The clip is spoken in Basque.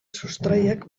sustraiak